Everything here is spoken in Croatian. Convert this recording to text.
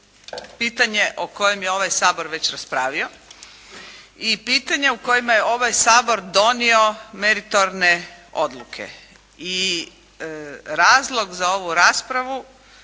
pitanje o kojem je ovaj Sabor već raspravio i pitanje u kojima je ovaj Sabor donio meritorne odluke i razlog za ovu raspravu